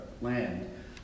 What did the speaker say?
land